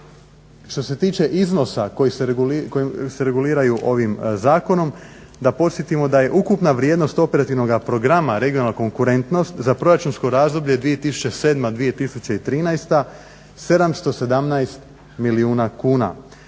Što se tiče iznosa koji se reguliraju ovim zakonom, da podsjetimo da je ukupna vrijednost Operativnog programa "Regionalna konkurentnost" za proračunsko razdoblje 2007.-2013. 717 milijuna kuna,